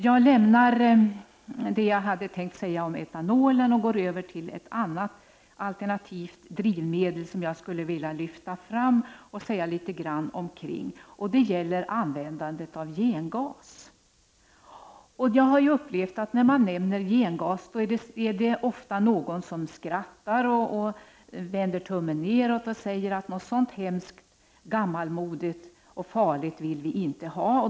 Jag lämnar det jag hade tänkt säga om etanol och går över till att tala litet kring ett annat alternativt drivmedel som jag skulle vilja lyfta fram. Det gäller användandet av gengas. Jag har upplevt att när man nämner gengas är det ofta någon som skrattar, vänder tummen neråt och säger att någonting så hemskt gammalmodigt och farligt vill vi inte ha.